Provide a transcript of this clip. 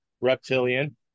reptilian